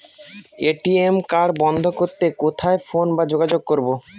ATM card বন্ধ করতে কোথায় ফোন বা যোগাযোগ করব?